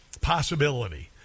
possibility